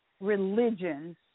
religions